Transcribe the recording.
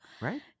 right